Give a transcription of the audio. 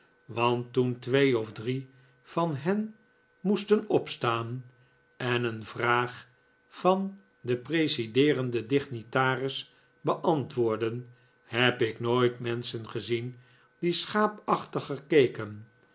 want toen twee of drie van hen moesten opstaan en een vraag van den presideerenden dignitaris beantwoorden heb ik nooit menschen gezien die schaapachtiger